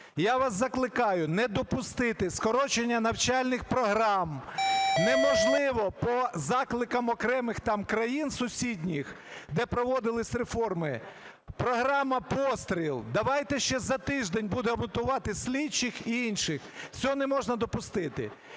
Я вас закликаю не допустити скорочення навчальних програм. Неможливо по закликах окремих там країн сусідніх, де проводились реформи… програма "постріл", давайте ще за тиждень будемо готували слідчих та інших. Цього не можна допустити.